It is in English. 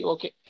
Okay